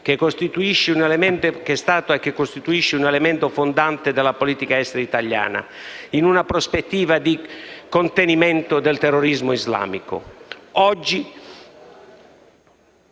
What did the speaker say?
che è stato e costituisce un elemento fondante della politica estera italiana, in una prospettiva di contenimento del terrorismo islamico. Oggi,